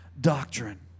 doctrine